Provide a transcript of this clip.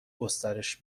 گسترش